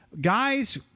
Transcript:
Guys